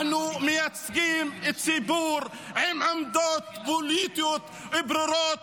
אנחנו מייצגים ציבור עם עמדות פוליטיות ברורות,